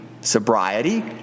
sobriety